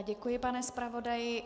Děkuji, pane zpravodaji.